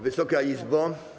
Wysoka Izbo!